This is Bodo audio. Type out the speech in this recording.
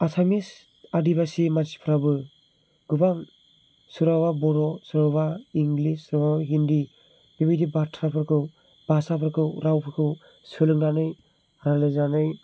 एसामिस आदिबासि मानसिफोराबो गोबां सोरबाबा बर' सोरबाबा इंलिस नङाबा हिन्दी बेबायदि बाथ्राफोरखौ भासाफोरखौ रावफोरखौ सोलोंनानै रायज्लायजानाय